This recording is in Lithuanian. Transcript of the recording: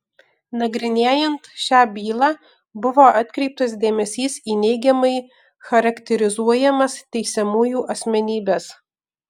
nagrinėjant šią bylą buvo atkreiptas dėmesys į neigiamai charakterizuojamas teisiamųjų asmenybes